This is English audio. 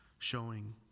showing